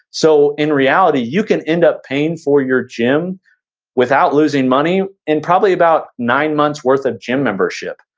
so in reality, you can end up paying for your gym without losing money and probably about nine months worth of gym membership.